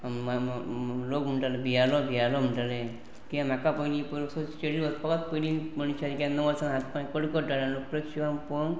लोक म्हणटाले भियलो भियाललो म्हणटले किद्याक म्हाका पयली स्टेजीर वचपाकत पयलीं मनशान केन्ना वर्सान हात पांय कडकडटा आनी प्रिव पळोवन